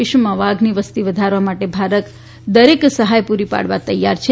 વિશ્વમાં વાઘની વસ્તી વધારવા માટે ભારત દરેક સહાય પૂરી પાડવા તૈયાર છે